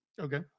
Okay